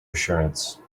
assurance